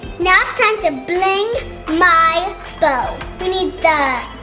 now it's time to bling my bow. we need the